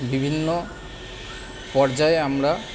বিভিন্ন পর্যায়ে আমরা